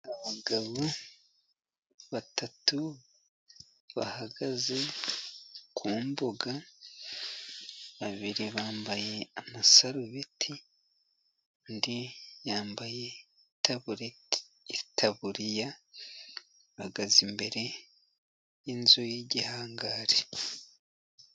Abagabo batatu. Bahagaze ku mbuga babiri bambaye amasarubeti, undi yambaye itaburiya, bahagaze imbere y'inzu y'igihangari.